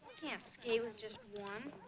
can't skate with just one.